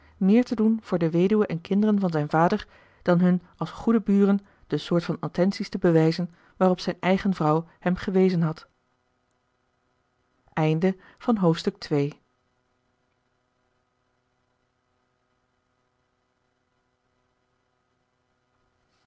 meer te doen voor de weduwe en kinderen van zijn vader dan hun als goeden buren de soort van attenties te bewijzen waarop zijn eigen vrouw hem gewezen had